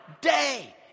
day